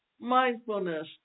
mindfulness